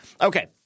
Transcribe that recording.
Okay